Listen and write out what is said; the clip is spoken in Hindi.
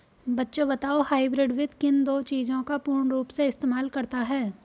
बच्चों बताओ हाइब्रिड वित्त किन दो चीजों का पूर्ण रूप से इस्तेमाल करता है?